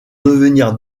devenir